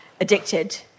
addicted